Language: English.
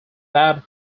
bad